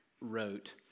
wrote